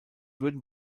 würden